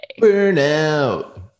Burnout